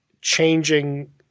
changing